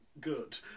Good